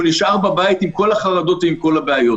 שהוא נשאר בבית עם כל החרדות ועם כל הבעיות.